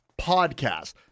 Podcast